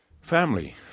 Family